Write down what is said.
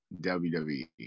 WWE